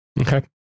Okay